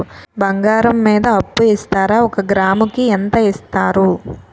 బంగారం మీద అప్పు ఇస్తారా? ఒక గ్రాము కి ఎంత ఇస్తారు?